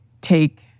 take